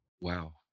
Wow